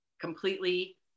completely